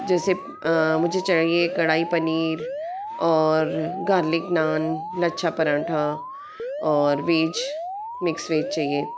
जैसे मुझे चाहिए कढ़ाई पनीर और गार्लिक नान लच्छा पराठा और वेज मिक्स वेज चहिए